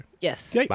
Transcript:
Yes